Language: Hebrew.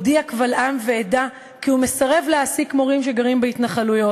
הודיע קבל עם ועדה כי הוא מסרב להעסיק מורים שגרים בהתנחלויות,